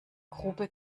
grube